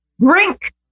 drink